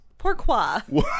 Pourquoi